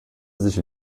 sich